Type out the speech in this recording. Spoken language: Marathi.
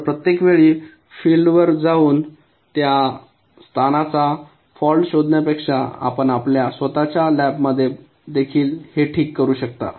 तर प्रत्येक वेळी फील्ड वर जाऊन त्या स्थानाचा फॉल्ट शोधण्या पेक्षा आपण आपल्या स्वत च्या छोट्या लॅबमध्ये देखील हे ठीक करू शकता